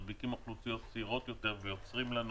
מדביקים אוכלוסיות צעירות יותר ויוצרים לנו